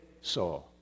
saw